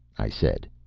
i said.